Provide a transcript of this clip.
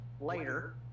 later